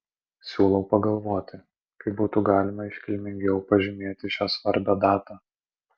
siūlau pagalvoti kaip būtų galima iškilmingiau pažymėti šią svarbią datą